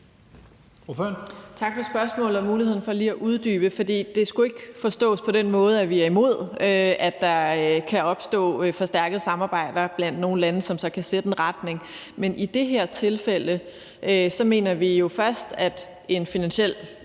Tak for spørgsmålet og muligheden for lige at uddybe, for det skulle ikke forstås på den måde, at vi er imod, at der kan opstå forstærkede samarbejder blandt nogle lande, som så kan sætte en retning. Men i det her tilfælde mener vi jo først, at en skat